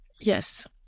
Yes